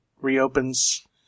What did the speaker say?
reopens